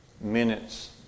minutes